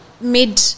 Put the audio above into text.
mid